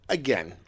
again